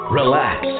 relax